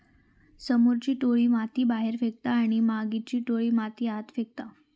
समोरची टोळी माती बाहेर फेकता आणि मागची टोळी माती आत फेकता